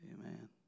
Amen